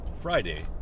Friday